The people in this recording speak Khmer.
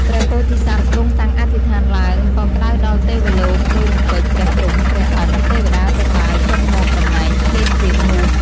ព្រះពោធិសត្វទ្រង់តាំងអធិដ្ឋានឡើងក៏ក្តៅដល់ទេវលោកមួយរំពេចព្រះព្រហ្ម ព្រះ ឥន្ទ ទេវតាទាំងឡាយចុះមកដំណែងភេទជាងោះ។